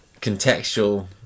contextual